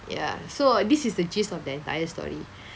ya so this is the gist of the entire story